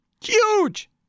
Huge